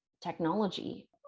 technology